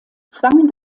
zwangen